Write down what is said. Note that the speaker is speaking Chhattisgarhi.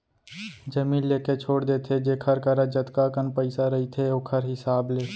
जमीन लेके छोड़ देथे जेखर करा जतका कन पइसा रहिथे ओखर हिसाब ले